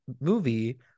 movie